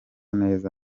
neza